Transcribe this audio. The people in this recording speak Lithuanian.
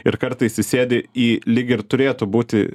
ir kartais įsėdi į lyg ir turėtų būti